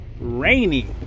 rainy